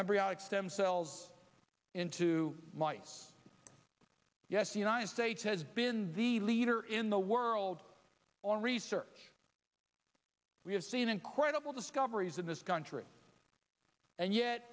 embryonic stem cells into life yes the united states has been the leader in the world on research we have seen incredible discoveries in this country and yet